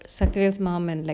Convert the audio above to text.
shafti mom and like